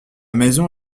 maison